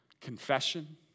Confession